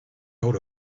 out